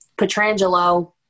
Petrangelo